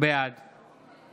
בעד